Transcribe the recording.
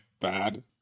bad